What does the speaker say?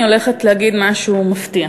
אני הולכת להגיד משהו מפתיע.